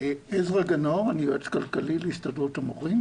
יועץ כלכלי להסתדרות המורים.